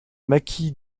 maquis